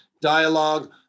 dialogue